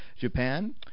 Japan